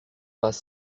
pas